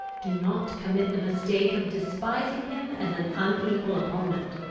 do not commit the mistake of despising him as an unequal opponent.